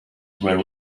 were